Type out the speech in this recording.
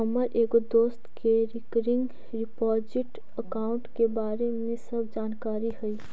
हमर एगो दोस्त के रिकरिंग डिपॉजिट अकाउंट के बारे में सब जानकारी हई